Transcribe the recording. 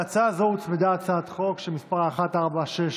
להצעה זו הוצמדה הצעת חוק שמספרה פ/1468,